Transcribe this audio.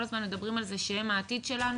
כל הזמן מדברים על זה שהם העתיד שלנו,